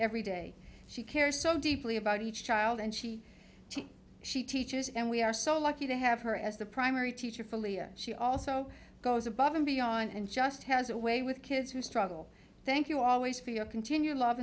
every day she cares so deeply about each child and she she teaches and we are so lucky to have her as the primary teacher she also goes above and beyond and just has a way with kids who struggle thank you always for your continued love